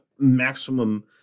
Maximum